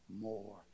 more